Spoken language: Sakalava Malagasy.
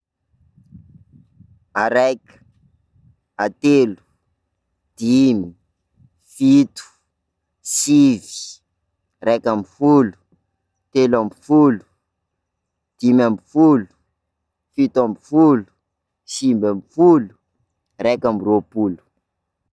Araiky, atelo, dimy, fito, sivy, raiky amby folo, telo amby folo, dimy amby folo, fito amby folo, sivy amby folo, raika amby roapolo.